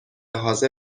حاضر